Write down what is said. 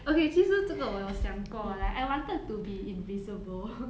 okay 其实这个我有想过 like I wanted to be invisible